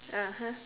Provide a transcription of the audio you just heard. (uh huh)